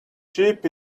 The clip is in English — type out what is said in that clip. cheap